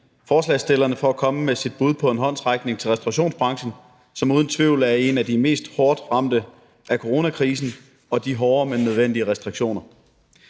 forslagsstillerne for at komme med deres bud på en håndsrækning til restaurationsbranchen, som uden tvivl er en af de mest hårdt ramte brancher i forhold til coronakrisen og de hårde, men nødvendige restriktioner.